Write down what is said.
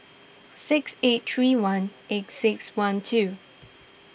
six eight three one eight six one two